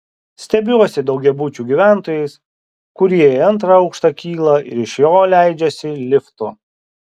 stebiuosi daugiabučių gyventojais kurie į antrą aukštą kyla ir iš jo leidžiasi liftu